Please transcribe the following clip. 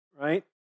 right